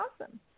awesome